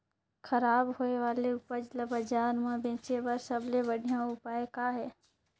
खराब होए वाले उपज ल बाजार म बेचे बर सबले बढ़िया उपाय का हे?